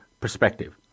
perspective